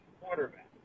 quarterback